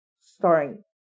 starring